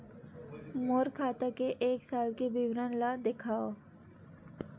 मोर खाता के एक साल के विवरण ल दिखाव?